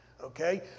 okay